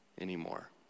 anymore